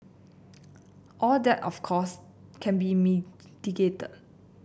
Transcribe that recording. all that of course can be mitigated